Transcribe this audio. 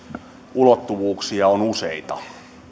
ulottuvuuksia on useita